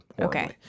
Okay